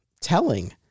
telling